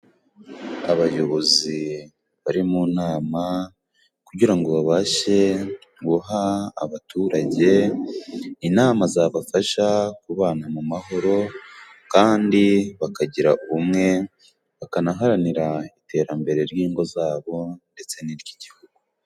Abayobozi bari mu nama kugira ngo babashe guha abaturage inama zabafasha kubana mu mahoro kandi bakagira ubumwe bakanaharanira iterambere ry'ingo zabo ndetse n'iry'igihugu.